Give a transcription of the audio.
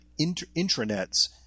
intranets